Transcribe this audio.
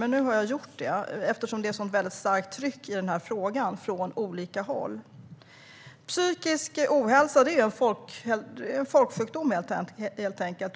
Men nu har jag gjort det, eftersom det är ett sådant starkt tryck i frågan från olika håll. Psykisk ohälsa är helt enkelt en folksjukdom.